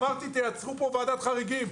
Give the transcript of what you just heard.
אמרתי תייצרו פה ועדת חריגים,